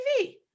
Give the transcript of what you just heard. TV